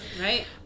Right